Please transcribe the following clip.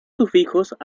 sufijos